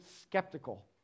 skeptical